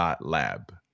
Lab